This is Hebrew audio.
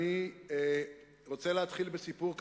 אני רוצה להתחיל בסיפור קטן.